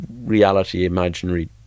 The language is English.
reality-imaginary